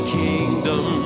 kingdom